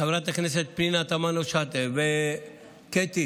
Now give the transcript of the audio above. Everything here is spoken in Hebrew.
חברת הכנסת פנינה תמנו שטה וחברת הכנסת קטי